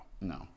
No